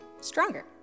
stronger